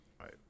Right